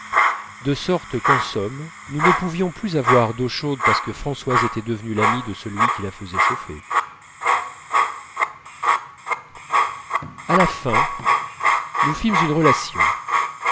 de sorte qu'en somme nous ne pouvions plus avoir d'eau chaude parce que françoise était devenue l'amie de celui qui la faisait chauffer à la fin nous aussi nous fîmes une relation